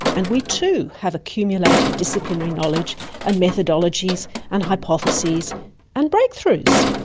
and we too have accumulated disciplinary knowledge and methodologies and hypotheses and breakthroughs.